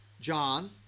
John